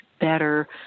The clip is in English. better